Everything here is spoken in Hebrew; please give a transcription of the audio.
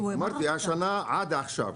אמרתי שהשנה עד עכשיו,